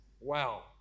Wow